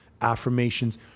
affirmations